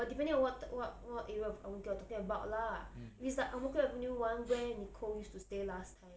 but depending on what what what area of ang mo kio you're talking about lah if it's like ang mo kio avenue where nicole used to stay last time